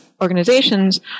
organizations